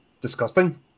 disgusting